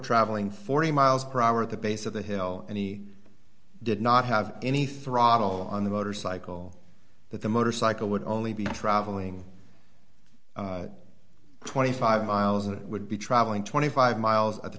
travelling forty miles per hour at the base of the hill and he did not have any throttle on the motorcycle that the motorcycle would only be traveling twenty five miles it would be traveling twenty five miles at the